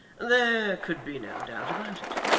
there could be no doubt about it.